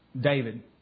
David